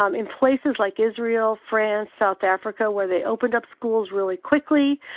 um in places like israel, france, south africa where they opened up schools really quickly,